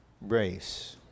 race